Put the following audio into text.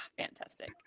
Fantastic